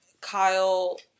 Kyle